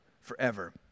forever